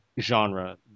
genre